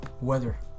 weather